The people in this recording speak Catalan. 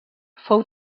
fou